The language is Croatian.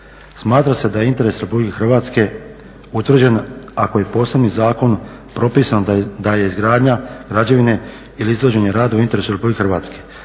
Smatra se da je interes RH utvrđen ako je posebnim zakonom propisano da je izgradnja građevine ili izvođenje radova u interesu RH, a